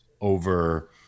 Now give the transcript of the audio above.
over